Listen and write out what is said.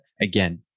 again